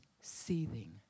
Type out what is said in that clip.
seething